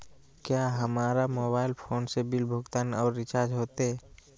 क्या हमारा mobile phone से बिल भुगतान और रिचार्ज होते?